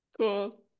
cool